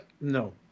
no